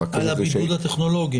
על הבידוד הטכנולוגי.